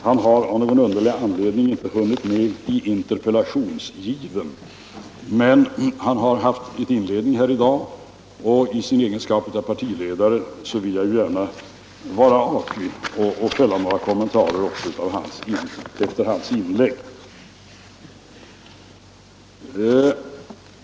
Han har av någon underlig anledning inte hunnit med i interpellationsgiven, men han har haft en inledning här i dag i sin egenskap av partiledare. Därför vill jag ju vara artig och fälla några kommentarer också till hans inlägg.